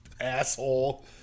asshole